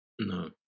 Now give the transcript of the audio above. No